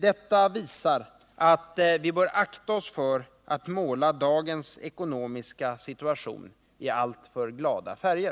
Detta visar att vi bör akta oss för att måla dagens ekonomiska situation i alltför glada färger.